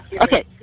Okay